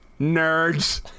nerds